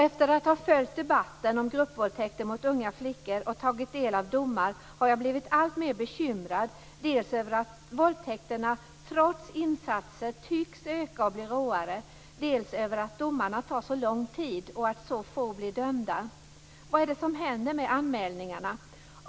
Efter att ha följt debatten om gruppvåldtäkter mot unga flickor och tagit del av domar har jag blivit alltmer bekymrad, dels över att våldtäkterna trots insatser tycks öka och bli råare, dels över att domarna tar så lång tid och att så få blir dömda. Vad är det som händer med anmälningarna?